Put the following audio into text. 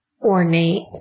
ornate